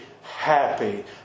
happy